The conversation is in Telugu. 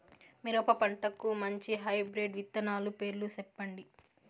మిరప పంటకు మంచి హైబ్రిడ్ విత్తనాలు పేర్లు సెప్పండి?